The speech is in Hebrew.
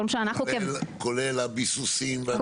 כולל הביסוסים והכל?